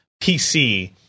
PC